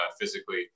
physically